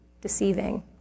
deceiving